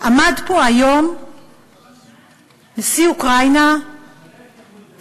עמד פה היום נשיא אוקראינה ודיבר,